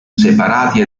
separati